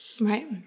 Right